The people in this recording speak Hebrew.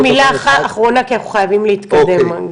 רק מילה אחת, כי אנחנו חייבים להתקדם.